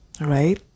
Right